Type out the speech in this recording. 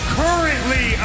currently